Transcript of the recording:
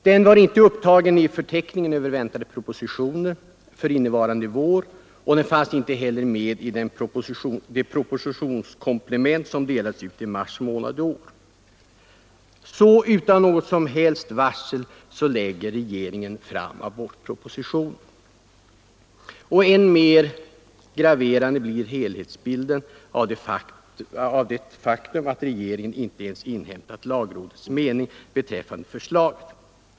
Den var inte upptagen i förteckningen över väntade propositioner för innevarande vårsession, och den var inte heller med i det propositionskomplement som delades ut i mars månad i år. Så utan något som helst varsel lägger regeringen fram abortpropositionen. Än mer graverande blir helhetsbilden av det faktum att regeringen inte ens inhämtat lagrådets mening beträffande lagförslaget.